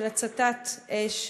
של הצתת אש,